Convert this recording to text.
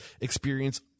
experience